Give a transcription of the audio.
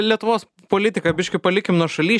lietuvos politiką biškį palikim nuošaly